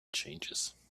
changes